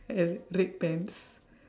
uh red pants